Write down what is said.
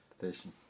Fishing